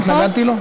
אני התנגדתי לו.